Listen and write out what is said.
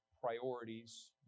priorities